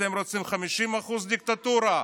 אתם רוצים 50% דיקטטורה?